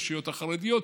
הרשויות החרדיות,